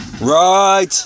Right